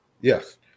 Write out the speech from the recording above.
Yes